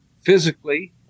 physically